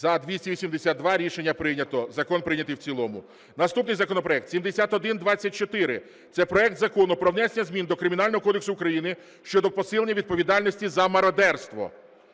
За-282 Рішення прийнято. Закон прийнятий в цілому. Наступний законопроект 7124. Це проект Закону про внесення змін до Кримінального кодексу України щодо посилення відповідальності за мародерство.